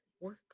work